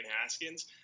Haskins